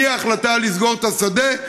מההחלטה לסגור את השדה,